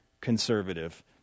conservative